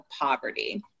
poverty